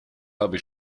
habe